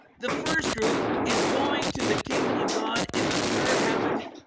the first group is going to the kingdom of god in the third heaven